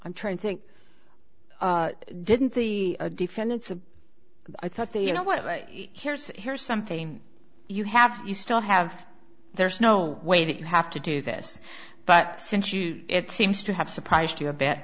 i'm trying think didn't the defendants of i thought that you know what here's here's something you have you still have there's no way that you have to do this but since you it seems to have surprised you